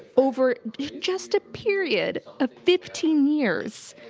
over just a period of fifteen years,